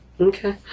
Okay